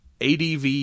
ADV